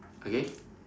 okay